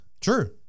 True